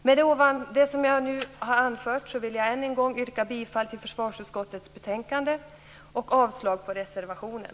Med det nu anförda vill jag än en gång yrka bifall till hemställan i försvarsutskottets betänkande och avslag på reservationen.